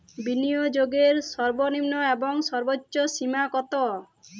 বিনিয়োগের সর্বনিম্ন এবং সর্বোচ্চ সীমা কত?